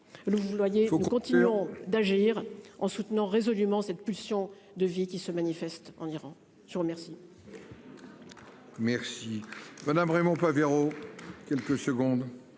nous continuons d'agir en soutenant résolument cette pulsion de vie qui se manifestent en Iran. Je vous remercie.--